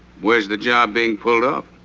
where's the job being pulled up?